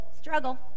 Struggle